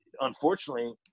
Unfortunately